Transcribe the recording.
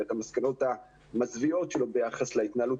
ואת המסקנות המזוויעות שלו ביחס להתנהלות